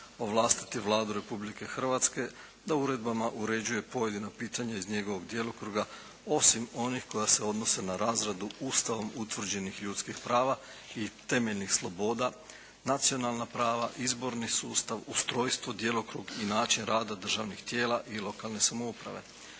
ovlastiti Vladu Republike Hrvatske da uredbama uređuje pojedina pitanja iz njegovog djelokruga osim onih koja se odnose na razradu Ustavom utvrđenih ljudskih prava i temeljnih sloboda, nacionalna prava, izborni sustav, ustrojstvo, djelokrug i način rada državnih tijela i lokalne samouprave.